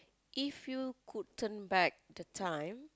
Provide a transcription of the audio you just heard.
if you could turn back the time